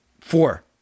Four